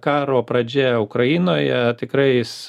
karo pradžia ukrainoje tikrai jis